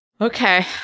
Okay